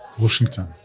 Washington